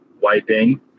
wiping